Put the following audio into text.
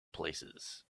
places